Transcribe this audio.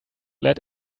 let